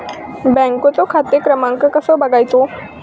बँकेचो खाते क्रमांक कसो बगायचो?